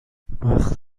وقت